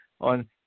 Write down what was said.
on